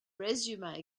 resume